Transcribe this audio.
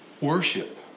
worship